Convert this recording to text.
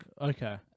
Okay